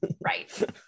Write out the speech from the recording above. right